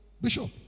Bishop